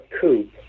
coupe